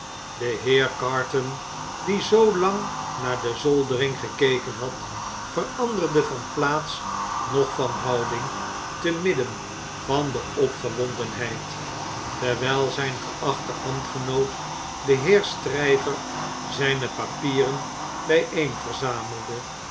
de heer carton die zoo lang naardezoldering gekeken had veranderde van plaats noch van houding te midden van de opgewondenheid terwjjl zijn geachte ambtgenoot deheer stryver zjjne papieren